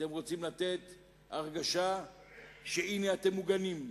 אתם רוצים לתת הרגשה שהנה, אתם מוגנים.